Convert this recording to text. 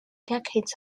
decades